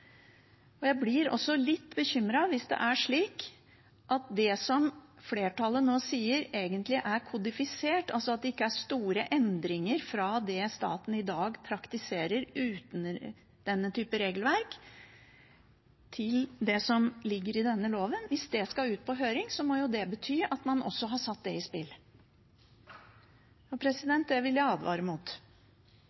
Jeg blir også litt bekymret hvis det er slik at det flertallet nå sier, egentlig er kodifisert, altså at det ikke er store endringer fra det staten i dag praktiserer uten denne typen regelverk, til det som ligger i denne loven. Hvis det skal ut på høring, må jo det bety at man også har satt det i spill. Det vil jeg advare mot. Grunnen til at SV og